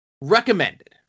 Recommended